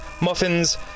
muffins